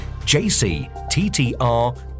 jcttr